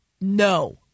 no